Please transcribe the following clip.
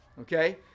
Okay